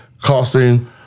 costing